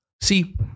See